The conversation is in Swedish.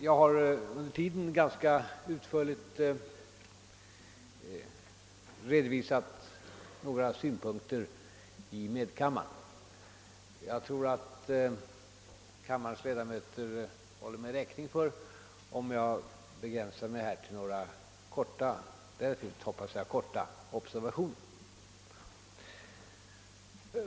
Jag har under tiden ganska utförligt redovisat några synpunkter i medkammaren. Jag tror att kammarens ledamöter håller mig räkning för om jag begränsar mig till att relativt kortfattat utveckla några observationer.